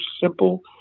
simple